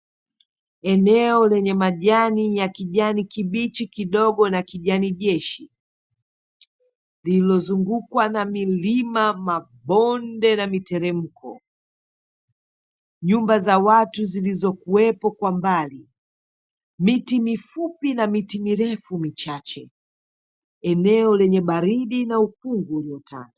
Eneo lenye majani ya kijani kibichi kidogo na kijani jeshi, lililozungukwa na milima na mabonde na miteremko, nyumba za watu zilizokuwepo kwa mbali, miti mifupi na miti mirefu michache, eneo lenye baridi na ukungu uliotanda.